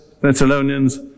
Thessalonians